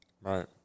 Right